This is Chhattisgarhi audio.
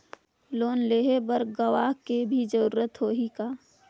लोन लेहे बर गवाह के भी जरूरत होही का?